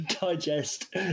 Digest